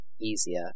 easier